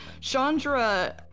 Chandra